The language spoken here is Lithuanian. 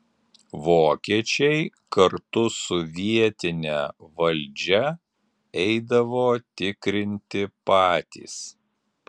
vokiečiai kartu su vietine valdžia eidavo tikrinti patys